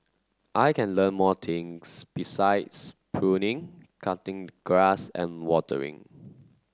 I can learn more things besides pruning cutting grass and watering